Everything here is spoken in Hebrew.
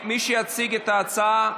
מי שיציג את ההצעה,